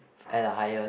and a higher